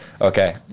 Okay